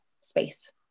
space